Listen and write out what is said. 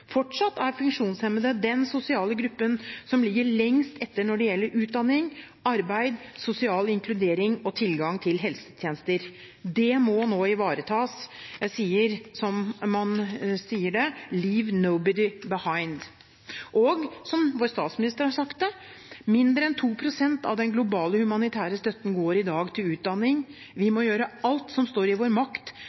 Fortsatt er funksjonshemmede den sosiale gruppen som ligger lengst etter, når det gjelder utdanning, arbeid, sosial inkludering og tilgang til helsetjenester. Det må nå ivaretas. Jeg sier som man sier det: «leave nobody behind». Som vår statsminister har sagt, går mindre enn 2 pst. av den globale humanitære støtten i dag til utdanning. Vi må gjøre alt som står i vår makt